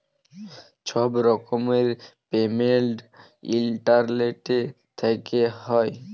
ছব রকমের payment internet থ্যাইকে হ্যয়